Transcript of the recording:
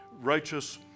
righteous